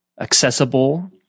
accessible